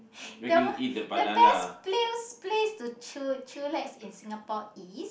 the the best place place to chill chillax in Singapore is